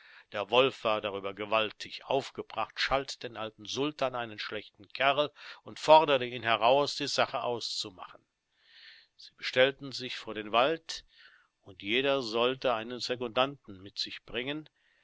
der wolf war darüber gewaltig aufgebracht schalt den alten sultan einen schlechten kerl und forderte ihn heraus die sache auszumachen sie bestellten sich vor den wald und jeder sollte einen secundanten mit sich bringen